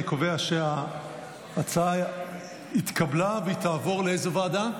אני קובע שההצעה התקבלה והיא תעבור, לאיזו ועדה?